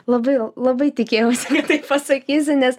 labai labai tikėjausi tai pasakysi nes